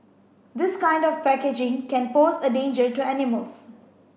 this kind of packaging can pose a danger to animals